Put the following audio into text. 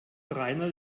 rainer